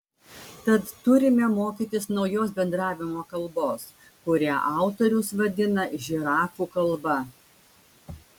tad turime mokytis naujos bendravimo kalbos kurią autorius vadina žirafų kalba